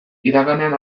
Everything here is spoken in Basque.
iraganean